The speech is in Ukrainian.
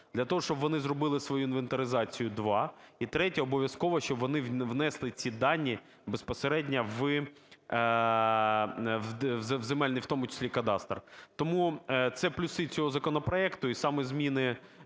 для того, щоб вони зробили свою інвентаризацію – два, і третє – обов'язково щоб вони внесли ці дані безпосередньо в земельний, в тому числі, кадастр. Тому це плюси цього законопроекту, і саме зміни